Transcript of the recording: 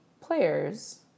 players